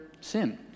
sin